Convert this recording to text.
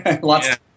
lots